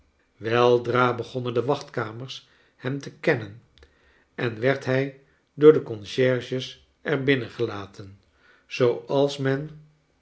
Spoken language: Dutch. weldra begonnen de wachtkamers hem te kennen en werd hij door de concierges er binnen gelaten zooals men